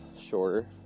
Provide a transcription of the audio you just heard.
shorter